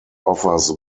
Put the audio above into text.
offers